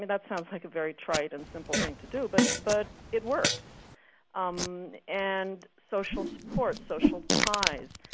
that sounds like a very trite and simple thing to do, but but it works um and social support, social ties,